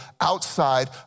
outside